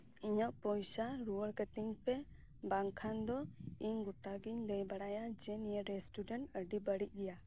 ᱤᱧᱟᱹᱜ ᱯᱚᱭᱥᱟ ᱨᱩᱣᱟᱹᱲ ᱠᱟᱛᱤᱧ ᱯᱮ ᱵᱟᱝᱠᱷᱟᱱ ᱫᱚ ᱤᱧ ᱜᱚᱴᱟ ᱜᱮᱧ ᱞᱟᱹᱭ ᱵᱟᱲᱟᱭᱟ ᱡᱮ ᱱᱤᱭᱟᱹ ᱨᱮᱥᱴᱩᱨᱮᱸᱴ ᱟᱰᱤ ᱵᱟᱲᱤᱡ ᱜᱮᱭᱟ